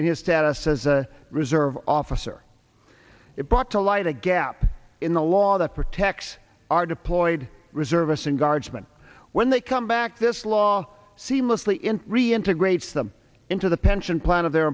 in his status as a reserve officer it brought to light a gap in the law that protects our deployed reservists and guardsmen when they come back this law seamlessly into reintegrates them into the pension plan of their